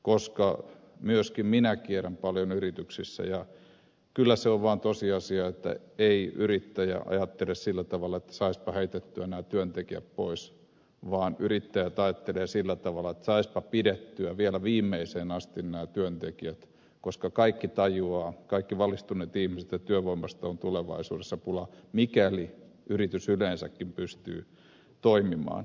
myöskin minä kierrän paljon yrityksissä ja kyllä se on vaan tosiasia että eivät yrittäjät ajattele sillä tavalla että saisipa heitettyä nämä työntekijät pois vaan yrittäjät ajattelevat sillä tavalla että saisipa pidettyä vielä viimeiseen asti nämä työntekijät koska kaikki valistuneet ihmiset tajuavat että työvoimasta on tulevaisuudessa pula mikäli yritys yleensäkin pystyy toimimaan